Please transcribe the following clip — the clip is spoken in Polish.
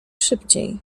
szybciej